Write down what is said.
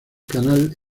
canal